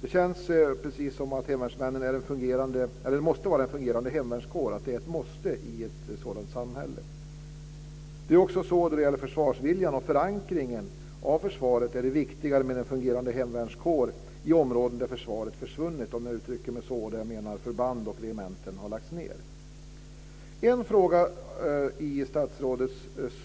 Det känns precis som att en fungerande hemvärnskår är ett måste i ett sådant samhälle. Det är också så när det gäller försvarsviljan och förankringen av försvaret att det är viktigare med en fungerande hemvärnskår i områden där försvaret försvunnit, om jag uttrycker det så, alltså där förband och regementen har lagts ned. Det finns en sak i statsrådets